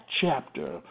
chapter